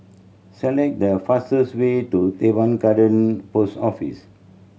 select the fastest way to Teban Garden Post Office